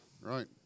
Right